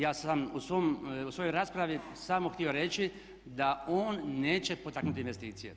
Ja sam u svojoj raspravi samo htio reći da on neće potaknuti investicije.